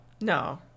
No